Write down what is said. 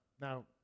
Now